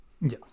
Yes